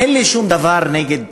אין לי שום דבר נגד הנצחה,